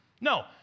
No